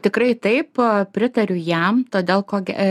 tikrai taip pritariu jam todėl ko ge